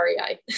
REI